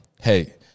hey